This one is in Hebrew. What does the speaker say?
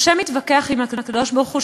משה מתווכח עם הקדוש-ברוך-הוא,